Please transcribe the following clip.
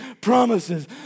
promises